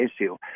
issue